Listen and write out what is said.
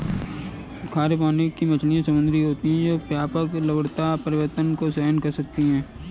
खारे पानी की मछलियाँ समुद्री होती हैं जो व्यापक लवणता परिवर्तन को सहन कर सकती हैं